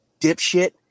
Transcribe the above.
dipshit